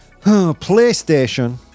PlayStation